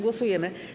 Głosujemy.